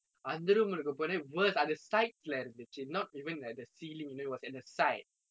அந்த:antha room உள்ளுக்கு போனேன்:ullukku ponen worse அது:athu sides leh இருந்துச்சு:irunthuncchu not even at the ceiling you know it was at the side